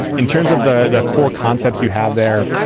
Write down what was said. in terms of the the core concepts you have there,